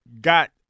got